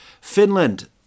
Finland